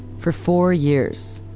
for four years,